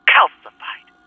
Calcified